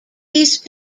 these